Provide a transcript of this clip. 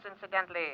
incidentally